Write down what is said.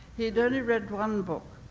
he'd only read one book,